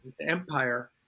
empire